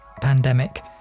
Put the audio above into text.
pandemic